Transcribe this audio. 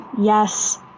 Yes